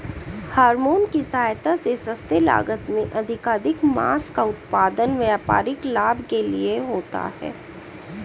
hormone की सहायता से सस्ते लागत में अधिकाधिक माँस का उत्पादन व्यापारिक लाभ के लिए होता है